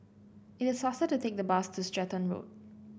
it is faster to take the bus to Stratton Road